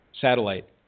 satellite